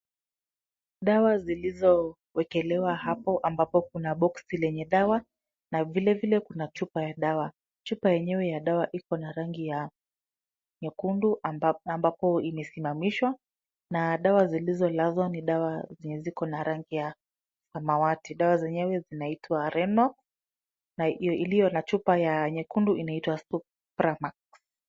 Dawa zilizowekelewa hapo ambapo kuna boksi lenye dawa, na vile vile kuna chupa ya dawa. Chupa yenyewe ya dawa iko na rangi ya nyekundu ambapo imesimamishwa, na dawa zilizolazwa ni dawa zenye ziko na rangi ya samawati. Dawa zenye zinaitwa ReNo, na iliyo na chupa ya nyekundu inaitwa Supramax.